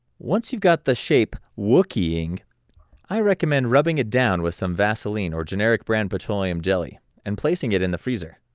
once you've got that shape wookie'ing i recommend rubbing it down with some vaseline or generic brand petroleum jelly and placing it in the freezer.